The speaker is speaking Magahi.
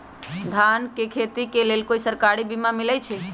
धान के खेती के लेल कोइ सरकारी बीमा मलैछई?